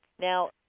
now